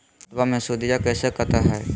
खतबा मे सुदीया कते हय?